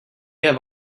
have